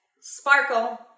sparkle